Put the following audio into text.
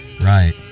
right